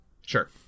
Sure